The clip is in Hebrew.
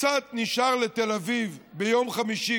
קצת נשאר לתל אביב ביום חמישי,